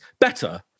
better